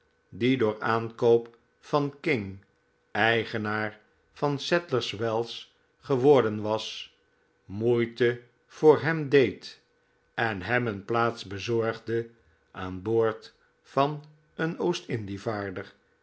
die door aankoop van king eigenaar van sadlers wells geworden was moeite voor hem deed en hem een plaats bezorgde aan boord van een